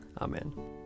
Amen